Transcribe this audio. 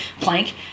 plank